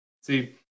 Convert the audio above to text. See